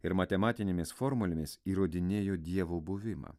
ir matematinėmis formulėmis įrodinėjo dievo buvimą